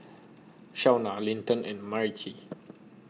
Shauna Linton and Myrtie